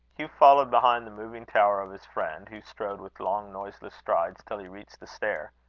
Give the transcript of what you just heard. hugh followed behind the moving tower of his friend, who strode with long, noiseless strides till he reached the stair.